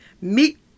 meet